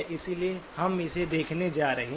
इसलिए हम इसे देखने जा रहे हैं